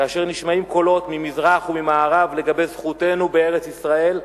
כאשר נשמעים קולות ממזרח ומערב לגבי זכותנו בארץ-ישראל,